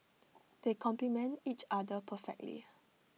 they complement each other perfectly